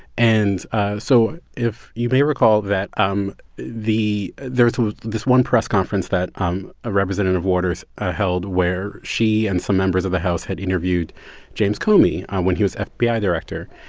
and so if you may recall that um the there was this one press conference that um ah representative waters held where she and some members of the house had interviewed james comey when he was fbi ah director.